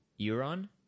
Euron